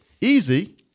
easy